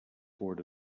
board